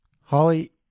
Holly